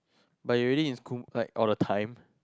but you already in school like all the time